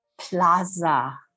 Plaza